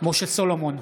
משה סולומון,